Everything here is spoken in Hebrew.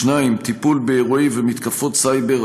2. טיפול באירועי ומתקפות סייבר,